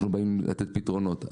אנחנו באים לתת פתרונות.